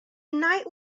night